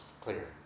clear